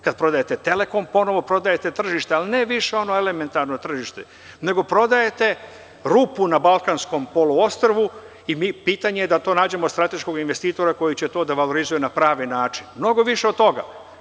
Kada prodajete „Telekom“, ponovo prodajete tržište, ali ne više ono elementarno tržište, nego prodajete rupu na Balkanskom poluostrvu i pitanje je da nađemo strateškog investitora koji će to da valorizuje na pravi način i mnogo više od toga.